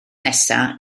nesaf